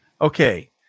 Okay